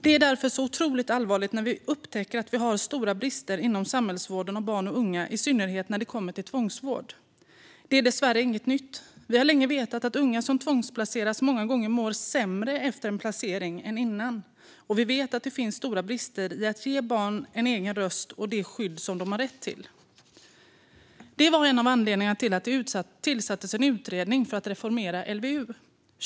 Det är därför otroligt allvarligt när vi upptäcker att vi har stora brister inom samhällsvården av barn och unga, i synnerhet när det kommer till tvångsvård. Det är dessvärre inget nytt. Vi har länge vetat att unga som tvångsplaceras många gånger mår sämre efter en placering än innan, och vi vet att det finns stora brister när det gäller att ge barn en egen röst och det skydd som de har rätt till. Det var en av anledningarna till att det tillsattes en utredning för att reformera LVU.